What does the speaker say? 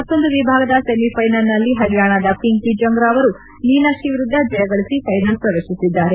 ಮತ್ತೊಂದು ವಿಭಾಗದ ಸೆಮಿಫೈನಲ್ನಲ್ಲಿ ಪರಿಯಾಣದ ಪಿಂಕಿ ಜಂಗ್ರಾ ಅವರು ಮೀನಾಕ್ಷಿ ವಿರುದ್ದ ಜಯ ಗಳಿಸಿ ವೈನಲ್ ಪ್ರವೇಶಿಸಿದ್ದಾರೆ